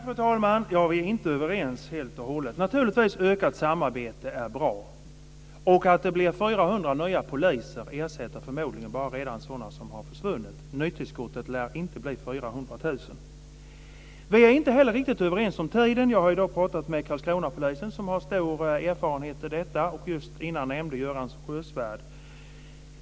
Fru talman! Vi är inte överens helt och hållet. Naturligtvis är det bra med ökat samarbete. Att det blir 400 nya poliser innebär förmodligen bara att de som försvunnit ersätts. Nytillskottet lär inte blir 400. Vi är inte heller riktigt överens om tiden. Jag har i dag talat med Karlskronapolisen, som har stor erfarenhet av detta. Jag nämnde tidigare Göran Sjösvärd.